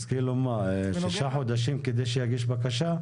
אז 3 חודשים כדי שיגיש בקשה?